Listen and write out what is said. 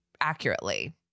accurately